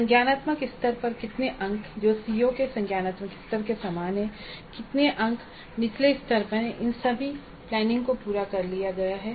संज्ञानात्मक स्तर पर कितने अंक जो सीओ के संज्ञानात्मक स्तर के समान हैं कितने अंक निचले स्तर पर हैं इन सभी प्लानिंग को पूरा कर लिया गया है